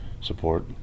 support